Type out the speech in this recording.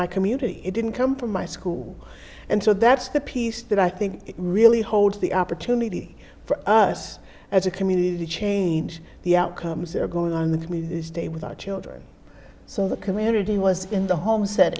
my community it didn't come from my school and so that's the piece that i think really holds the opportunity for us as a community change the outcomes are going on the day with our children so the community was in the home set